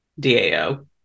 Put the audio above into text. DAO